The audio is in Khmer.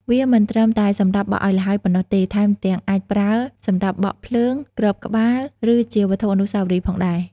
វាមិនត្រឹមតែសម្រាប់បក់ឱ្យល្ហើយប៉ុណ្ណោះទេ ថែមទាំងអាចប្រើសម្រាប់បក់ភ្លើង គ្របក្បាល ឬជាវត្ថុអនុស្សាវរីយ៍ផងដែរ។